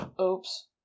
Oops